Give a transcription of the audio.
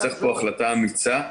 צריך פה החלטה אמיצה,